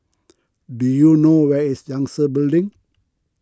do you know where is Yangtze Building